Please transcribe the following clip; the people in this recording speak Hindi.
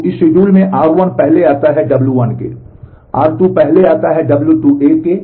तो इस शेड्यूल में r1 पहले आता है W1 के